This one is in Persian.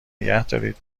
نگهدارید